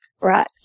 Right